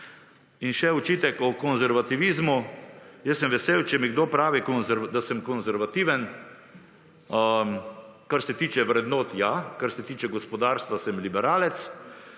in še očitek o konservativizmu. Jaz sem vesel, če mi kdo pravi, da sem konservativen. Kar se tiče vrednot, ja. Kar se tiče gospodarstva, sem liberalec.